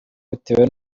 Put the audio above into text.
bitewe